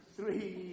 Three